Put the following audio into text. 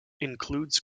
includes